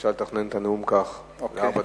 אפשר לתכנן את הנאום כך, ארבע דקות.